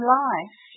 life